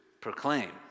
proclaim